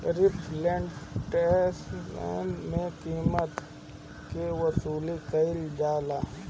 reflection में कीमत के वसूली कईल जाला